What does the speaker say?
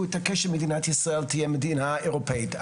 התעקש שמדינת ישראל תהיה מדינה אירופאית.